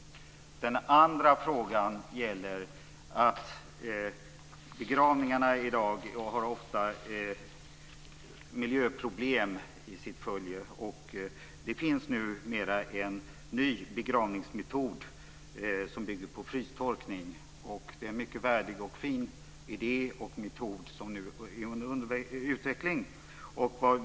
Den andra frågan gäller att begravningar i dag ofta medför miljöproblem. Det finns numera en ny begravningsmetod som bygger på frystorkning. Det är en mycket värdig och fin idé och metod som nu är under utveckling.